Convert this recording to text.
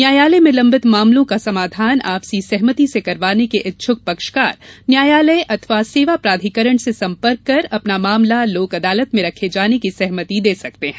न्यायालय में लम्बित मामलों का समाधान आपसी सहमति से करवाने के इच्छुक पक्षकार न्यायालय अथवा सेवा प्राधिकरण से सम्पर्क कर अपना मामला लोक अदालत में रखे जाने की सहमति दे सकते हैं